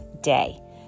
day